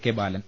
K Balan